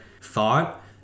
thought